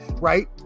right